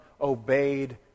obeyed